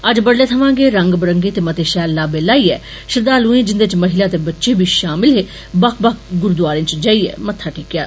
अज्ज बडुलै थमों गै रंग बरंगे ते मते षैल लाबे लाईए श्रद्वालुए जिंदे च महिलां ते बच्चे बी षामल हे बक्ख बक्ख गुरूद्वारे च जाईए मत्था टेकेआ